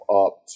up